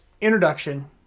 Introduction